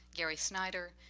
gary snyder,